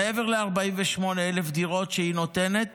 מעבר ל-48,000 דירות שהיא נותנת